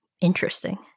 Interesting